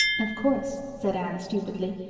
of course, said anne stupidly.